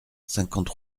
cinquante